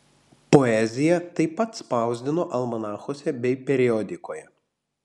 poeziją taip pat spausdino almanachuose bei periodikoje